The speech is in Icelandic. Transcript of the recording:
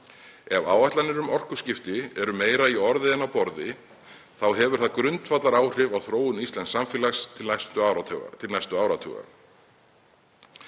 Ef áætlanir um orkuskipti eru meira í orði en á borði, þá hefur það grundvallaráhrif á þróun íslensks samfélags til næstu áratuga.